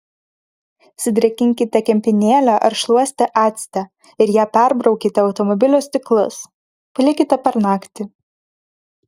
sudrėkinkite kempinėlę ar šluostę acte ir ja perbraukite automobilio stiklus palikite per naktį